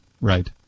right